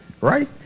right